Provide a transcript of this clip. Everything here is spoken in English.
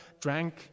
drank